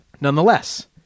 Nonetheless